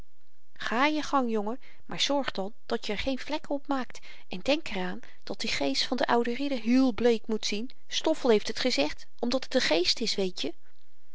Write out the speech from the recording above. ga je gang jongen maar zorg dan dat je r geen vlekken op maakt en denk er aan dat die geest van den ouden ridder heel bleek moet zien stoffel heeft het gezegd omdat het n geest is weetje